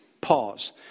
Pause